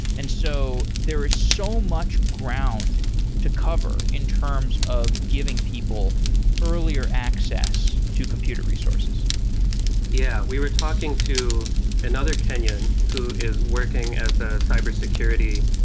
and so there is so much ground to cover in terms of giving people earlier access to computer resources yeah. we were talking to another kenyan who is working as a cybersecurity.